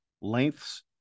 lengths